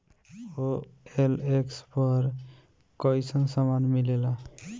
OLX पर कइसन सामान मीलेला?